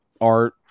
art